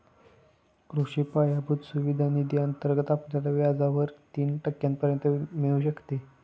कृषी पायाभूत सुविधा निधी अंतर्गत आपल्याला व्याजावर तीन टक्क्यांपर्यंत मिळू शकते